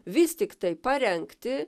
vis tiktai parengti